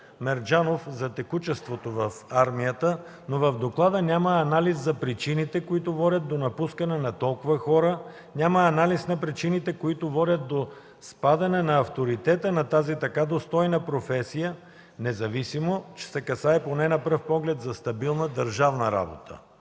Мерджанов – за текучеството в армията, но в доклада няма анализ за причините, които водят до напускането на толкова хора, на причините, които водят до спадане на авторитета на тази така достойна професия, независимо че се касае поне на пръв поглед за стабилна държавна работа.